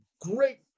great